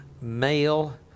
male